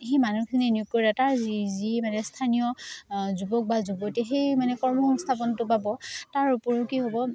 সেই মানুহখিনি নিয়োগ কৰে তাৰ যি যি মানে স্থানীয় যুৱক বা যুৱতী সেই মানে কৰ্ম সংস্থাপনটো পাব তাৰ উপৰিও কি হ'ব